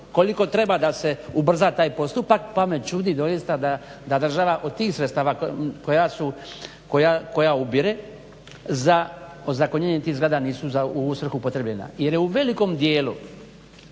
koliko treba da se ubrza taj postupak, pa me čudi doista da država od tih sredstava koja su, koja ubire za ozakonjenje tih zgrada nisu u svrhu upotrjebljena. Jer je u velikom djelu